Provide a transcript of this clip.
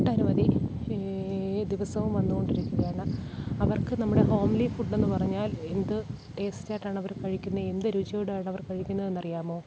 ഒട്ടനവധി ദിവസവും വന്നു കൊണ്ടിരിക്കുവാണ് അവർക്ക് നമ്മളുടെ ഹോംലി ഫുഡെന്നു പറഞ്ഞാൽ എന്ത് ടേസ്റ്റായിട്ടാണ് അവര് കഴിക്കുന്നത് എന്ത് രുചിയോടാണ് അവര് കഴിക്കുന്നതെന്ന് അറിയാമോ